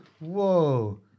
Whoa